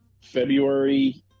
February